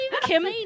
Kim